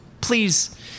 please